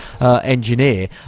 engineer